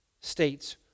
states